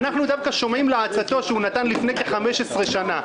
אנחנו דווקא שומעים לעצה שנתן לפני כ-15 שנה,